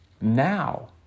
now